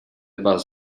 about